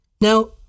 Now